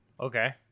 Okay